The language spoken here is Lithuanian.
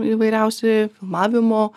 įvairiausi filmavimo